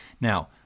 Now